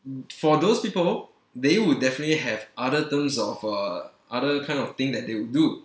for those people they would definitely have other terms of uh other kind of thing that they would do